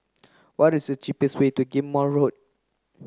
what is the cheapest way to Ghim Moh Road